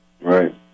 Right